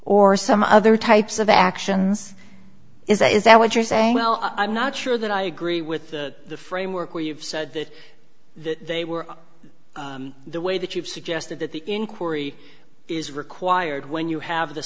or some other types of actions is that is that what you're saying well i'm not sure that i agree with the framework where you've said that they were the way that you've suggested that the inquiry is required when you have the